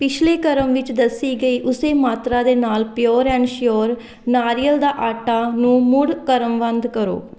ਪਿਛਲੇ ਕ੍ਰਮ ਵਿੱਚ ਦੱਸੀ ਗਈ ਉਸੇ ਮਾਤਰਾ ਦੇ ਨਾਲ ਪਿਓਰ ਐਂਡ ਸ਼ਿਓਰ ਨਾਰੀਅਲ ਦਾ ਆਟਾ ਨੂੰ ਮੁੜ ਕ੍ਰਮਬੱਧ ਕਰੋ